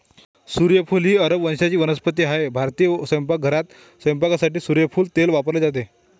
सूर्यफूल ही अरब वंशाची वनस्पती आहे भारतीय स्वयंपाकघरात स्वयंपाकासाठी सूर्यफूल तेल वापरले जाते